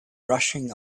rushing